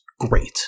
Great